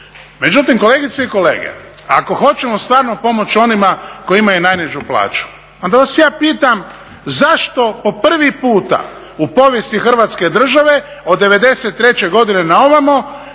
Međutim kolegice i kolege, ako hoćemo stvarno pomoći onima koji imaju najnižu plaću onda vas ja pitam zašto po prvi puta u povijesti Hrvatske države od '93.godine naovamo